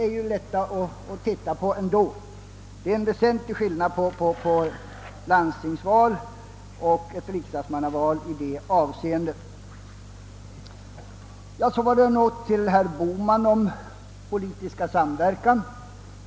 Till herr Bohmans uttalanden om politisk samverkan har jag inte mycket att tillägga utöver vad jag sade i mitt första anförande.